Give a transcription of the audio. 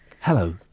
Hello